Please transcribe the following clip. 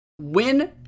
win